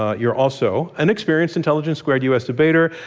ah you're also an experienced intelligence squared u. s. debater.